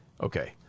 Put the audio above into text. okay